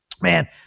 Man